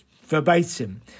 verbatim